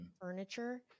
furniture